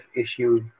issues